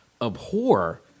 abhor